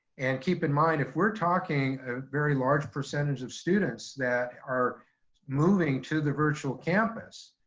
and keep in mind if we're talking a very large percentage of students that are moving to the virtual campus,